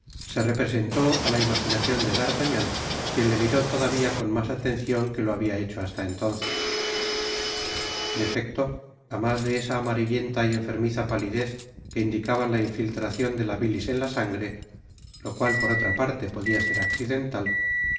se representó á la iniajinacion de d'artagnan quien le miró todavía con mas atencion que lo habia hecho hasta entonces en efecto á mas de esa amarillenta y enfermiza palidez que indicaba la infiltracion de la bilis en la sangre lo cual por otra parte podia ser accidental